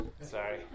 sorry